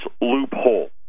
loophole